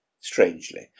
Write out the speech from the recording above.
strangely